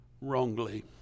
wrongly